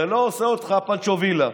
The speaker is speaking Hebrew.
זה לא עושה אותך פנצ'ו וייה,